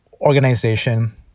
organization